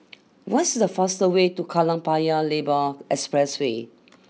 what's the fastest way to Kallang Paya Lebar Expressway